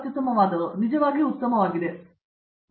ಅರಂದಾಮ ಸಿಂಗ್ ಅವರಿಗೆ ನಿಜವಾಗಿಯೂ ಉತ್ತಮವಾದವು